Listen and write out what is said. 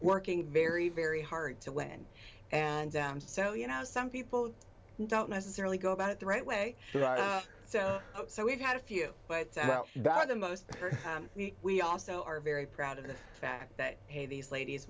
working very very hard to win and so you know some people don't necessarily go about it the right way so so we've had a few but better than most we also are very proud of the fact that hey these ladies